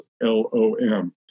LOM